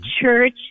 church